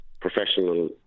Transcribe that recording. professional